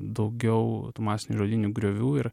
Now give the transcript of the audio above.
daugiau masinių žudynių griovių ir